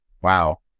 Wow